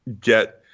get